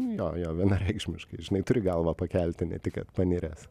jo jo vienareikšmiškai žinai turi galvą pakelti ne tik kad paniręs